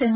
M